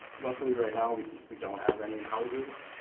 luckily right now, we we don't have any houses.